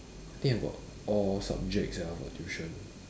I think I got all subjects ya for tuition